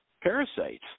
parasites